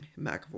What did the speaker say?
McAvoy